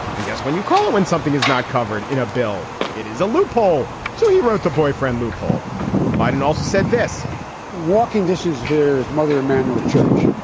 and guess when you call it when something is not covered in a bill, it is a loophole. so he wrote the boyfriend loophole biden also said this walking dishes. here's mother emanuel church.